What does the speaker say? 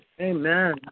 Amen